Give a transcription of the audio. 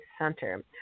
Center